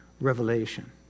revelation